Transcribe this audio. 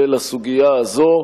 ולסוגיה הזאת.